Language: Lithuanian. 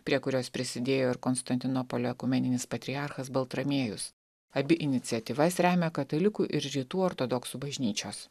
prie kurios prisidėjo ir konstantinopolio ekumeninis patriarchas baltramiejus abi iniciatyvas remia katalikų ir rytų ortodoksų bažnyčios